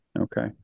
okay